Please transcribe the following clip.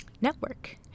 network